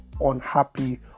unhappy